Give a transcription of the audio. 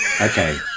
Okay